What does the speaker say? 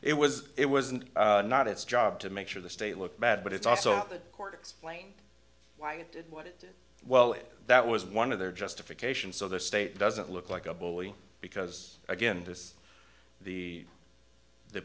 it was it wasn't not its job to make sure the state looked bad but it's also the court explained why it did what it did well that was one of their justification so the state doesn't look like a bully because again this the the